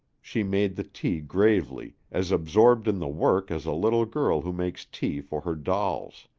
she made the tea gravely, as absorbed in the work as a little girl who makes tea for her dolls.